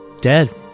dead